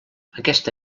aquesta